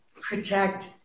protect